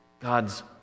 God's